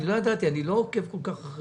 אני לא ידעתי, אני לא עוקב כל כך.